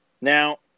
Now